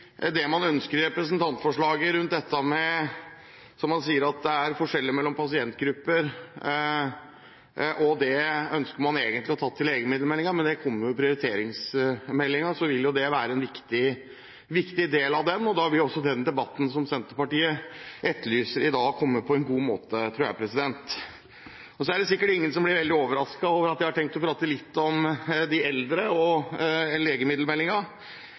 det man ønsker i representantforslaget rundt dette. Man sier det er forskjeller mellom pasientgrupper, og det ønsker man egentlig å få tatt i legemiddelmeldingen, men det kommer jo en prioriteringsmelding. Det vil være en viktig del av den, og da vil også den debatten som Senterpartiet etterlyser i dag, komme på en god måte, tror jeg. Det er sikkert ingen som blir veldig overrasket over at jeg har tenkt å prate litt om de eldre og